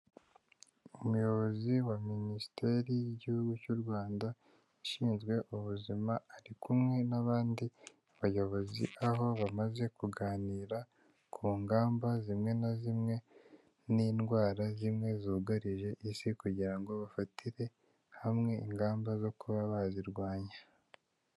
Umuyobozi wa minisiteri y'igihugu cy'u Rwanda ushinzwe ubuzima ari kumwe n'abandi bayobozi aho bamaze kuganira ku ngamba zimwe na zimwe n'indwara zimwe zugarije isi kugira ngo bafatire hamwe ingamba zo kuba bazirwanya.